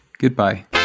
goodbye